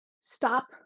stop